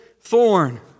thorn